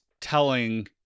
telling